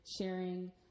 sharing